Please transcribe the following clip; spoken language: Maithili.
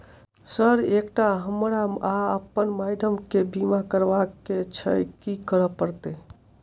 सर एकटा हमरा आ अप्पन माइडम केँ बीमा करबाक केँ छैय की करऽ परतै?